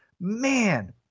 man